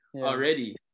already